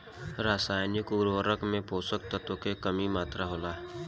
रसायनिक उर्वरक में पोषक तत्व के की मात्रा होला?